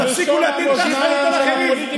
אז תפסיקו להטיל את האחריות על אחרים.